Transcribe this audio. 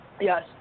yes